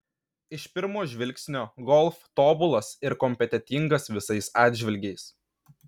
iš pirmo žvilgsnio golf tobulas ir kompetentingas visais atžvilgiais